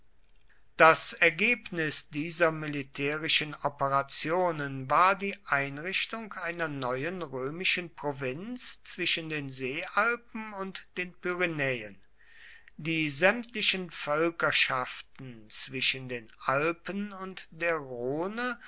das ergebnis dieser militärischen operationen war die einrichtung einer neuen römischen provinz zwischen den seealpen und den pyrenäen die sämtlichen völkerschaften zwischen den alpen und der rhone